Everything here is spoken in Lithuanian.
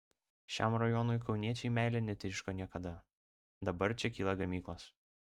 šiam rajonui kauniečiai meile netryško niekada dabar čia kyla gamyklos